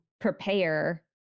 prepare